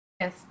Yes